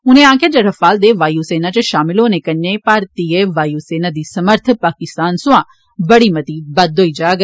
उनें आक्खेआ जे रफाल दे वायु सेना इच षामल होने कन्नै भारतीय वायुसेना दी समर्थ पाकिस्तान सोया बड़ी मती बद्द होई जाग